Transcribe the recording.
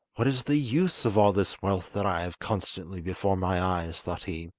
what is the use of all this wealth that i have constantly before my eyes thought he,